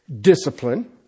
discipline